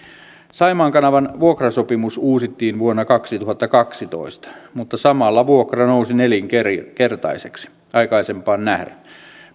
saimaan kanavan vuokrasopimus uusittiin vuonna kaksituhattakaksitoista mutta samalla vuokra nousi nelinkertaiseksi aikaisempaan nähden